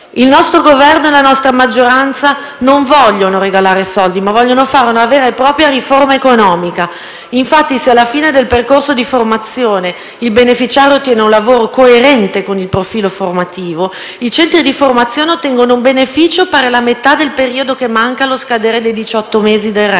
Il nostro Governo e la nostra maggioranza vogliono non regalare soldi, ma fare una vera e propria riforma economica: se il beneficiario, alla fine del percorso di formazione, ottiene un lavoro coerente con il profilo formativo, i centri di formazione ottengono un beneficio pari alla metà del periodo che manca allo scadere dei diciotto mesi del reddito